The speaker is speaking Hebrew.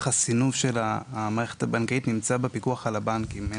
הסינוף של המערכת הבנקאית נמצא בפיקוח על הבנקים.